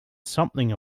something